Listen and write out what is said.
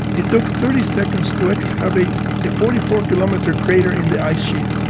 it took thirty seconds to excavate a forty four kilometer crater in the ice sheet.